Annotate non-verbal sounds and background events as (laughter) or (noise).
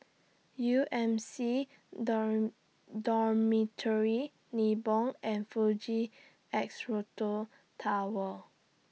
U M C (unintelligible) Dormitory Nibong and Fuji (unintelligible) Tower